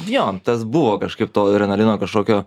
jo tas buvo kažkaip to adrenalino kažkokio